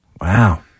Wow